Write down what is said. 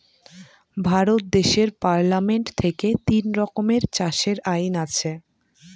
ভারত দেশের পার্লামেন্ট থেকে তিন রকমের চাষের আইন আছে